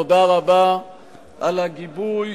תודה רבה על הגיבוי,